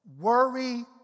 worry